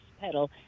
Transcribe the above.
pedal